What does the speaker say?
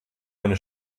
eine